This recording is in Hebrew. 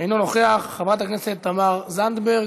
אינו נוכח, חברת הכנסת תמר זנדברג,